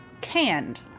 canned